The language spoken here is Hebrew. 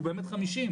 הוא באמת 50,